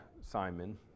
Simon